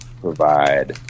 provide